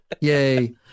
Yay